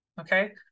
Okay